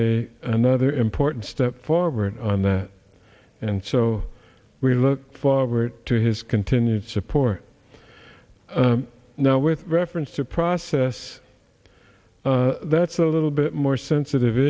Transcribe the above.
is another important step forward on that and so we look forward to his continued support now with reference to a process that's a little bit more sensitive